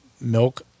milk